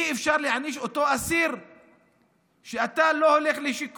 אי-אפשר להעניש את אותו אסיר: אתה לא הולך לשיקום